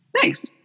Thanks